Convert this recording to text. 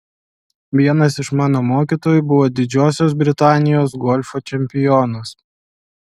vienas iš mano mokytojų buvo didžiosios britanijos golfo čempionas